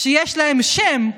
שיש להם שם ופנים,